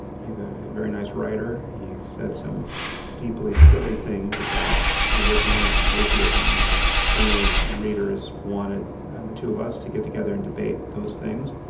he's a very nice writer. he said some deeply silly things about religion and atheism. and so many readers wanted the two of us to get together and debate those things.